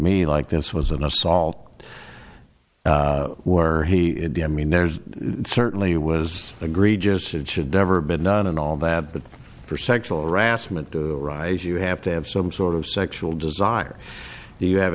me like this was an assault were he indeed i mean there's certainly was agreed just it should never been done and all that but for sexual harassment to arise you have to have some sort of sexual desire you have